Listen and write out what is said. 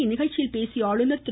இந்நிகழ்ச்சியில் பேசிய ஆளுநர் திரு